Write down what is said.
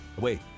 Wait